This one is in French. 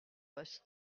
poste